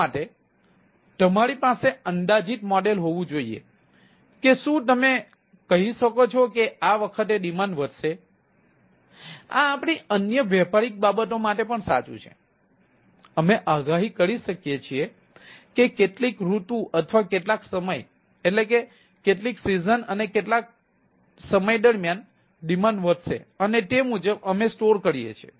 આ માટે તમારી પાસે અંદાજિત મોડેલ હોવું જોઈએ કે શું તમે કહી શકો છો કે આ વખતે ડિમાન્ડ વધશે આ આપણી અન્ય વ્યાપારી બાબતો માટે પણ સાચું છે અમે આગાહી કરીએ છીએ કે કેટલીક ઋતુ અથવા કેટલાક સમય દરમિયાન ડિમાન્ડ વધશે અને તે મુજબ અમે સ્ટોર કરીએ છીએ